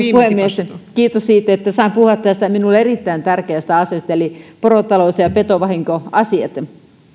puhemies kiitos siitä että saan puhua tästä minulle erittäin tärkeästä asiasta eli porotaloudesta ja petovahinkoasioista